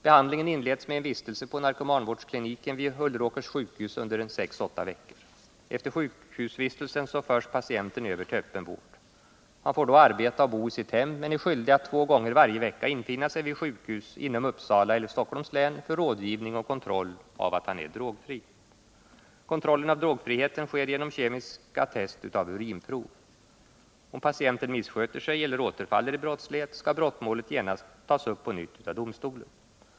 Behandlingen inleds med en vistelse på narkomanvårdskliniken vid Ulleråkers sjukhus under sex-åtta veckor. Efter sjukhusvistelsen förs patienten över till öppen vård. Han får då arbeta och bo i sitt hem men är skyldig att två gånger varje vecka infinna sig vid sjukhus inom Uppsala eller Stockholms län för rådgivning och kontroll av att han är drogfri. Kontrollen av drogfriheten sker genom kemiska test av urinprov. Om patienten missköter sig eller återfaller i brottslighet skall brottmålet genast tas upp på nytt med domstolen.